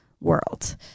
world